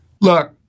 Look